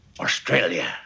australia